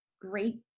great